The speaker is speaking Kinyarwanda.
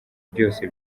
byose